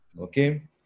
Okay